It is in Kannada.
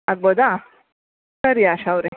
ಆಗ್ಬೋದಾ ಸರಿ ಆಶಾ ಅವರೆ